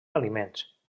aliments